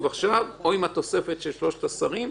עכשיו או עם התוספת של שלושת השרים.